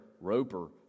roper